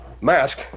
Mask